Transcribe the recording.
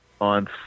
on